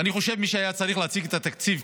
ואני חושב שמי שהיה צריך להציג כאן את התקציב,